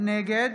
נגד